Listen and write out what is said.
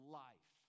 life